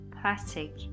plastic